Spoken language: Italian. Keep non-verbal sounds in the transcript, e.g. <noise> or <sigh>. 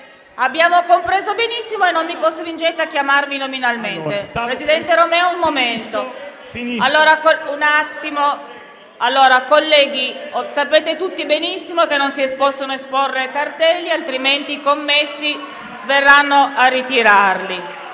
Abbiamo compreso benissimo e non mi costringente a richiamarvi nominalmente. <applause> Presidente Romeo, un momento. Colleghi, sapete tutti benissimo che non si possono esporre cartelli, altrimenti gli assistenti verranno a ritirarli.